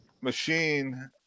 machine